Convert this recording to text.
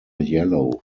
yellow